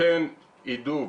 שכן יידעו,